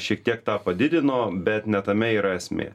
šiek tiek tą padidino bet ne tame yra esmė